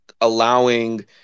allowing